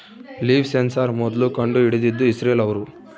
leaf sensor ಮೊದ್ಲು ಕಂಡು ಹಿಡಿದಿದ್ದು ಇಸ್ರೇಲ್ ಅವ್ರು